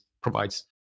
provides